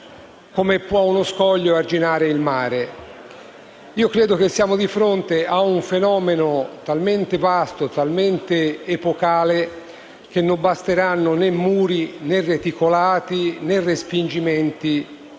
«Come può uno scoglio arginare il mare», credo però che siamo di fronte ad un fenomeno talmente vasto ed epocale che non basteranno muri, reticolati, respingimenti